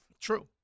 True